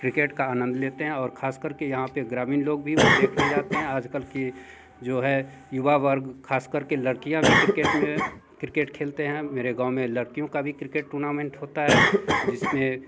cricket का आनंद लेते हैं और ख़ास कर के यहाँ पर ग्रामीण लोग भी वो देखने जाते हैं आज कल की जो है युवा वर्ग ख़ास कर के लड़कियाँ भी क्रिकेट में क्रिकेट खेलतीं हैं मेरे गाँव में लड़कियों का भी क्रिकेट टूर्नामेंट होता है जिसमें